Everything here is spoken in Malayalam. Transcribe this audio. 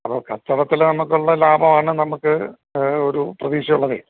അപ്പോള് കച്ചവടത്തില് നമുക്കുള്ള ലാഭമാണു നമുക്ക് ഒരു പ്രതീക്ഷയുള്ളതേ